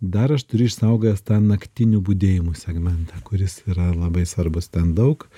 dar aš turiu išsaugojęs tą naktinių budėjimų segmentą kuris yra labai svarbus ten daug